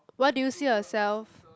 what do you see yourself